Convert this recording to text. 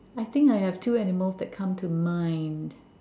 I think I have two animals that come to mind